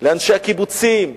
לאנשי הקיבוצים,